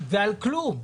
ועל כלום.